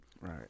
Right